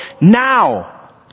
Now